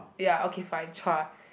ya okay fine Chua